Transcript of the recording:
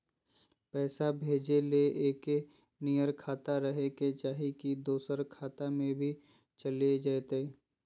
पैसा भेजे ले एके नियर खाता रहे के चाही की दोसर खाता में भी चलेगा जयते?